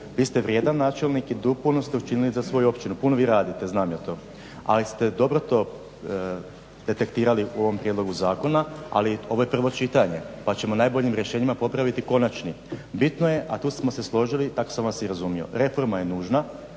vi ste vrijedan načelnik i puno ste učinili za svoju općinu, puno vi radite, znam ja to. Ali ste dobro to detektirali u ovom prijedlogu zakona, ali ovo je prvo čitanje, pa ćemo najboljim rješenjima popraviti konačni. Bitno je a tu smo se složili, tako sam vas i razumio. Reforma je nužna,